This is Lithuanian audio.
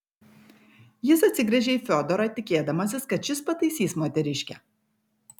jis atsigręžė į fiodorą tikėdamasis kad šis pataisys moteriškę